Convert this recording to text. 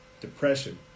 Depression